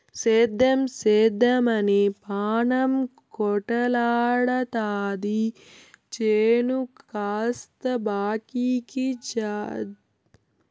సేద్దెం సేద్దెమని పాణం కొటకలాడతాది చేను కాస్త బాకీకి జమైపాయె